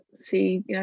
see